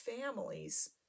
families